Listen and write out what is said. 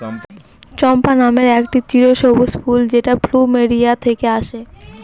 চম্পা নামের একটি চিরসবুজ ফুল যেটা প্লুমেরিয়া থেকে আসে